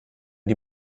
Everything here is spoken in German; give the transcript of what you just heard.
die